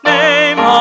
name